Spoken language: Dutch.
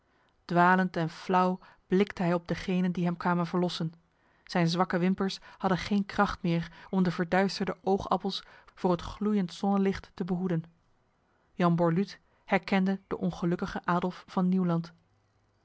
dwalend en flauw blikte hij op degenen die hem kwamen verlossen zijn zwakke wimpers hadden geen kracht meer om de verduisterde oogappels voor het gloeiend zonnelicht te behoeden jan borluut herkende de ongelukkige adolf van nieuwland